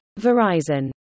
Verizon